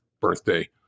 birthday